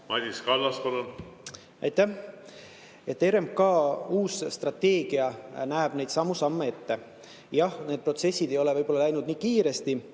Madis Kallas, palun! Aitäh! RMK uus strateegia näeb neidsamu samme ette. Jah, need protsessid ei ole võib-olla läinud nii kiiresti,